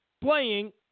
playing